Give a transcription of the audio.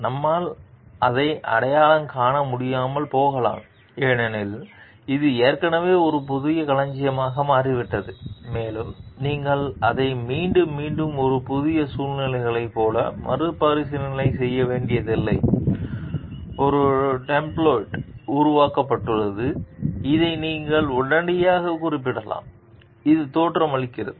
நம்மால் அதை அடையாளம் காண முடியாமல் போகலாம் ஏனெனில் இது ஏற்கனவே ஒரு களஞ்சியமாக மாறிவிட்டது மேலும் நீங்கள் அதை மீண்டும் மீண்டும் புதிய சூழ்நிலைகளைப் போல மறுபரிசீலனை செய்ய வேண்டியதில்லை ஒரு டெம்ப்ளேட் உருவாக்கப்பட்டுள்ளது இதை நீங்கள் உடனடியாகக் குறிப்பிடலாம் இது தோற்றமளிக்கிறது